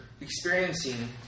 experiencing